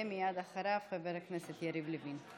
מייד אחריו, חבר